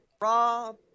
Rob